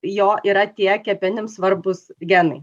jo yra tie kepenims svarbūs genai